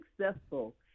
successful